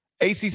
ACC